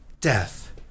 death